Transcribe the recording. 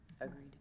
Agreed